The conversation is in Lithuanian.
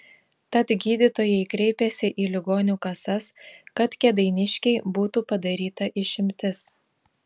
tad gydytojai kreipėsi į ligonių kasas kad kėdainiškei būtų padaryta išimtis